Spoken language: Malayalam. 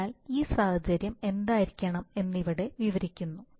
അതിനാൽ ഈ സാഹചര്യം എന്തായിരിക്കണം എന്ന് ഇവിടെ വിവരിക്കുന്നു